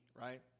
right